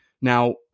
Now